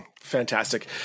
Fantastic